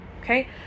Okay